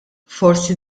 forsi